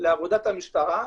לעבודת המשטרה.